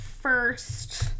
first